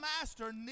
master